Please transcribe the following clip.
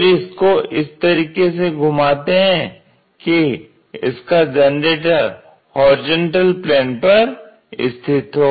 फिर इसको इस तरीके से घुमाते हैं कि इसका जनरेटर होरिजेंटल प्लेन पर स्थित हो